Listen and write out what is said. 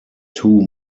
two